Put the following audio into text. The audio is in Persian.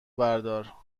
بردار